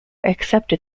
accepted